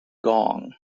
gong